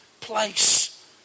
place